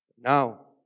Now